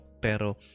Pero